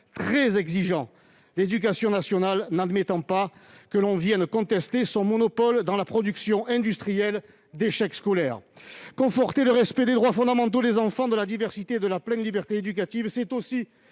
très exigeant, mais l'éducation nationale n'admet pas que l'on vienne contester son monopole dans la production industrielle d'échec scolaire. Conforter le respect des droits fondamentaux des enfants, de la diversité et de la pleine liberté éducative, c'est aussi